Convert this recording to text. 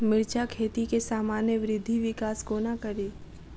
मिर्चा खेती केँ सामान्य वृद्धि विकास कोना करि?